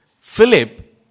Philip